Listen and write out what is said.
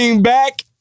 back